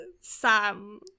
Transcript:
Sam